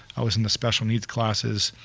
i was in the special needs classes,